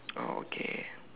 oh okay